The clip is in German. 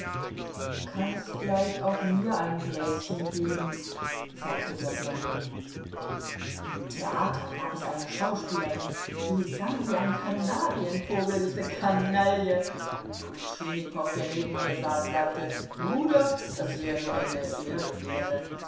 kannst gleich auch mir ein gläschen geben sagte der blonde im theater gab es eine schauspielerin die sang wie ein kanarienvogel diese kanaille kuwschinnikow der neben mir saß sagte bruder das wär so eine erdbeere